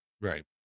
right